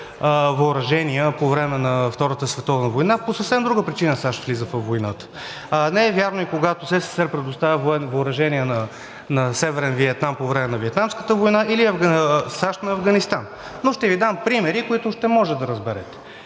въоръжения по време на Втората световна война. САЩ влизат във войната по съвсем друга причина. Не е вярно и когато СССР предоставя въоръжение на Северен Виетнам по време на Виетнамската война или САЩ на Афганистан. Ще Ви дам пример, който ще може да разберете,